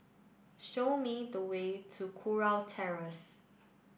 show me the way to Kurau Terrace